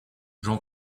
j’en